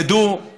תדעו,